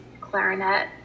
clarinet